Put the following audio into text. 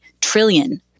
trillion